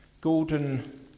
golden